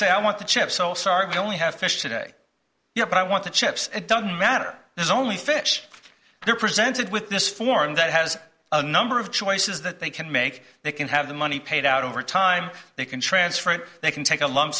say i want the chips so sarge only have fish today you know but i want the chips it doesn't matter there's only fish they're presented with this form that has a number of choices that they can make they can have the money paid out over time they can transfer it they can take a lump